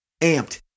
amped